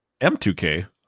M2K